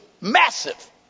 Massive